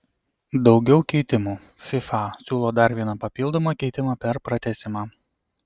daugiau keitimų fifa siūlo dar vieną papildomą keitimą per pratęsimą